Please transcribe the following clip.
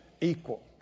equal